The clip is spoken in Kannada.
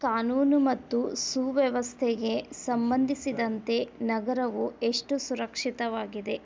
ಕಾನೂನು ಮತ್ತು ಸುವ್ಯವಸ್ಥೆಗೆ ಸಂಬಂದಿಸಿದಂತೆ ನಗರವು ಎಷ್ಟು ಸುರಕ್ಷಿತವಾಗಿದೆ